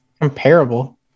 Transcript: comparable